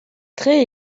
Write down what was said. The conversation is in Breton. tre